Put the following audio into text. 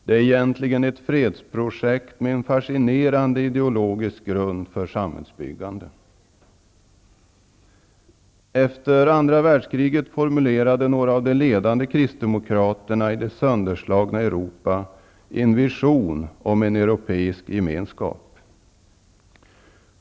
Det är egentligen ett fredsprojekt med en fascinerande ideologisk grund för samhällsbyggande. Efter andra världskriget formulerade några av de ledande kristdemokraterna i det sönderslagna Europa en vision om en europeisk gemenskap.